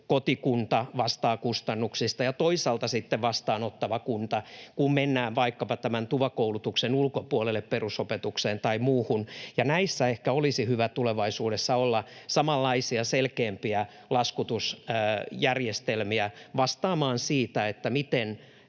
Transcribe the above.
kotikunta vastaa kustannuksista ja toisaalta sitten vastaanottava kunta, kun mennään vaikkapa tämän TUVA-koulutuksen ulkopuolelle perusopetukseen tai muuhun. Näissä ehkä olisi hyvä tulevaisuudessa olla samanlaisia selkeämpiä laskutusjärjestelmiä vastaamaan siitä, miten